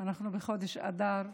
אנחנו בחודש אדר,